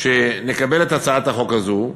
שנקבל את הצעת החוק הזאת.